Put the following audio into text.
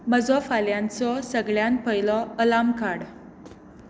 म्हजो फाल्यांचो सगळ्यांत पयलो अलार्म काड